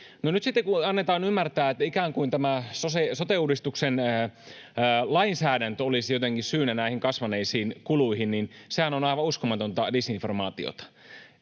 nyt sitten kun annetaan ymmärtää, että ikään kuin tämä sote-uudistuksen lainsäädäntö olisi jotenkin syynä näihin kasvaneisiin kuluihin, niin sehän on aivan uskomatonta disinformaatiota.